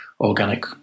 organic